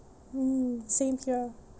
mm same here